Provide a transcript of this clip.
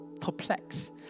perplexed